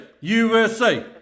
USA